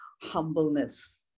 humbleness